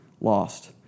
lost